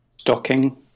stocking